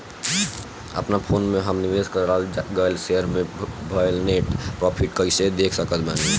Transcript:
अपना फोन मे हम निवेश कराल गएल शेयर मे भएल नेट प्रॉफ़िट कइसे देख सकत बानी?